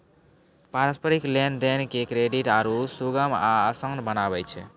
पारस्परिक लेन देन के क्रेडिट आरु सुगम आ असान बनाबै छै